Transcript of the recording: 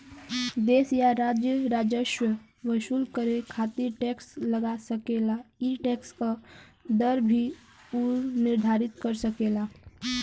देश या राज्य राजस्व वसूल करे खातिर टैक्स लगा सकेला ई टैक्स क दर भी उ निर्धारित कर सकेला